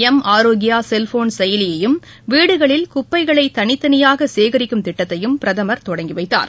M Aarogya cellphone செயலியையும் வீடுகளில் குப்பைகளை தனித்தனியாக சேகரிக்கும் திட்டத்தையும் பிரதமர் தொடங்கிவைத்தார்